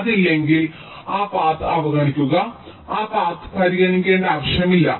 അത് ഇല്ലെങ്കിൽ ആ പാത അവഗണിക്കുക ആ പാത പരിഗണിക്കേണ്ട ആവശ്യമില്ല